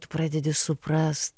tu pradedi suprast